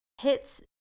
hits